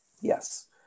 Yes